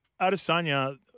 Adesanya